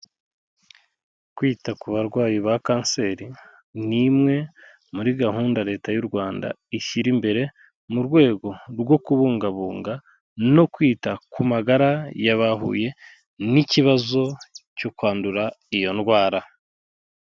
Kwita ku barwayi ba kanseri n'imwe muri gahunda leta y'u Rwanda ishyira imbere mu rwego rwo kubungabunga no kwita ku magara y'abahuye n'ikibazo cyo kwandura iyo rwara.